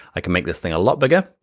i can make this thing a lot bigger.